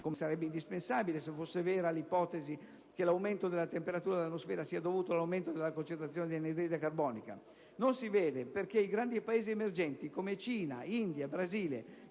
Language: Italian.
(come sarebbe indispensabile se fosse vera l'ipotesi che l'aumento della temperatura dell'atmosfera sia dovuto all'aumento della concentrazione di anidride carbonica). Non si vede perché i grandi Paesi emergenti come Cina, India e Brasile,